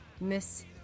miss